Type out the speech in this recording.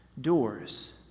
doors